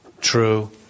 true